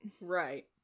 Right